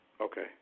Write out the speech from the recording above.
Okay